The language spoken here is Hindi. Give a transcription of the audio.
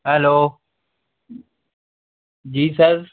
हेलो जी सर